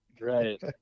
Right